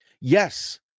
Yes